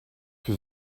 que